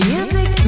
Music